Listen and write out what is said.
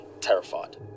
terrified